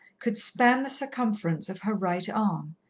could span the circumference of her right arm.